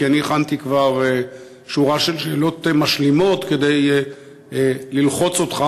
כי אני הכנתי כבר שורה של שאלות משלימות כדי ללחוץ אותך,